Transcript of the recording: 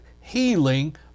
healing